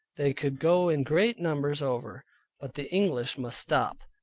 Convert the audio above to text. they could go in great numbers over, but the english must stop.